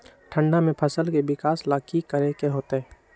ठंडा में फसल के विकास ला की करे के होतै?